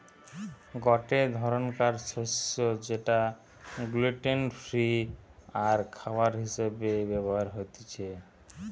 গটে ধরণকার শস্য যেটা গ্লুটেন ফ্রি আরখাবার হিসেবে ব্যবহার হতিছে